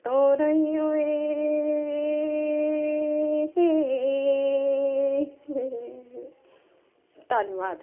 ਡੋਰਾਂ ਈ ਓਏ ਧੰਨਵਾਦ